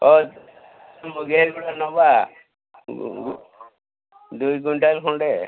ହ ସେ ମୁଗେର ଗୋଟେ ନେବା ଦୁଇ କ୍ଵିଣ୍ଟାଲ୍ ଖଣ୍ଡେ